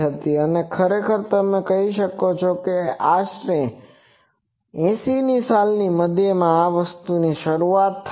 અને ખરેખર તમે કહી શકો કે આશરે 80 ની મધ્યમાં આ વસ્તુ શરૂ થઈ હતી